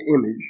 image